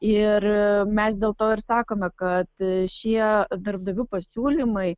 ir mes dėl to ir sakome kad šie darbdavių pasiūlymai